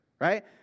right